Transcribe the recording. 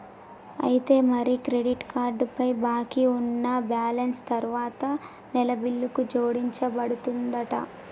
అయితే మరి credit card పై బాకీ ఉన్న బ్యాలెన్స్ తరువాత నెల బిల్లుకు జోడించబడుతుందంట